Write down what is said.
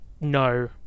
no